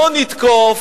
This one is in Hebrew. לא נתקוף.